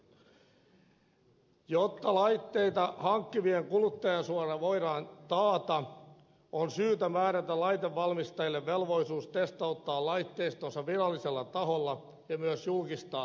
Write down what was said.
jotta laitteita hankkivien kuluttajansuoja voidaan taata on syytä määrätä laitevalmistajille velvollisuus testauttaa laitteistonsa virallisella taholla ja myös julkistaa testitulokset